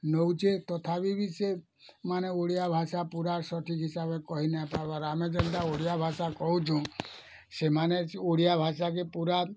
ନଉଚେ ତଥାପି ବି ସେ ମାନେ ଓଡ଼ିଆଭାଷା ପୁରା ସଠିକ୍ ହିସାବରେ କହି ନାଇଁ ପାରବାର୍ ଆମେ ଯେନ୍ତା ଓଡ଼ିଆ ଭାଷା କହୁଁଛୁ ସେମାନେ ଓଡ଼ିଆଭାଷା କେ ପୁରା